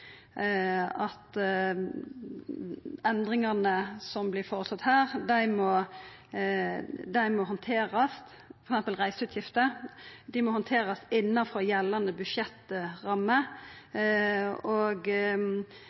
at endringane som vert foreslåtte her, f.eks. reiseutgifter, må handterast innanfor gjeldande